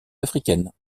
africaine